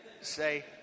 say